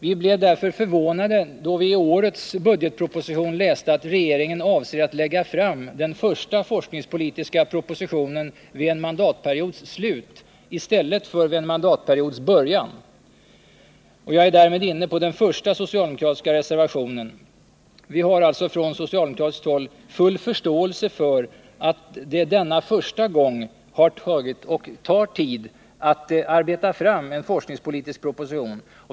Vi blev därför förvånade då vi i årets budgetproposition läste att regeringen avser att lägga fram den första forskningspolitiska propositionen vid en mandatperiods slut i stället för vid en mandatperiods början. Jag är därmed inne på den första socialdemokratiska reservationen. Vi har från socialdemokratiskt håll full förståelse för att det denna första gång har tagit och tar tid att arbeta fram en forskningspolitisk proposition.